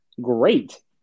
great